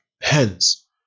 Hence